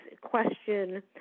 question